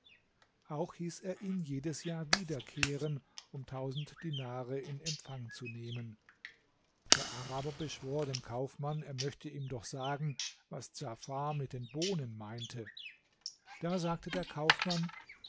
auch hieß er ihn jedes jahr wiederkehren um tausend dinare in empfang zu nehmen der araber beschwor den kaufmann er möchte ihm doch sagen was djafar mit den bohnen meinte da sagte der kaufmann